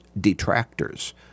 detractors